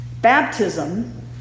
Baptism